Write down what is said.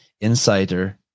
Insider